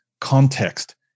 Context